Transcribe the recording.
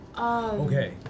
Okay